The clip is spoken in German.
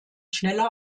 schneller